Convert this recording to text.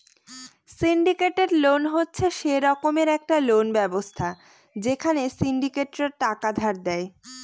syndicated loan হচ্ছে সে রকমের একটা লোন ব্যবস্থা যেখানে সিন্ডিকেটরা টাকা ধার দেয়